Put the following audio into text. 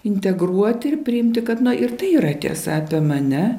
integruoti ir priimti kad ir tai yra tiesa apie mane